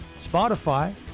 Spotify